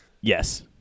Yes